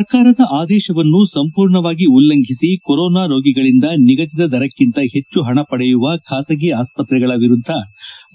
ಸರ್ಕಾರದ ಆದೇಶವನ್ನು ಸಂಪೂರ್ಣವಾಗಿ ಉಲ್ಲಂಘಿಸಿ ಕೊರೋನಾ ರೋಗಿಗಳಿಂದ ನಿಗಧಿತ ದರಕ್ಕಿಂತ ಹೆಚ್ಚು ಹಣ ಪಡೆಯುವ ಖಾಸಗಿ ಆಸ್ಪತ್ರೆಗಳ ವಿರುದ್ದ